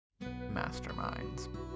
masterminds